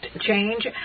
change